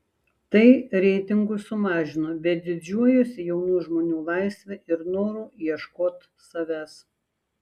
tai reitingus sumažino bet didžiuojuosi jaunų žmonių laisve ir noru ieškot savęs